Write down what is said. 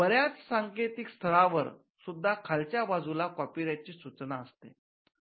बऱ्याच सांकेतिक स्थळावर सुद्धा खालच्या बाजूला कॉपीराईट ची सूचना असते